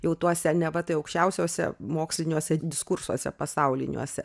jau tuose neva tai aukščiausiuose moksliniuose diskursuose pasauliniuose